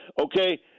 Okay